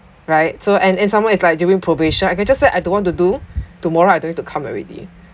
right so and and some more it's like during probation I can just say I don't want to do tomorrow I don't have to come already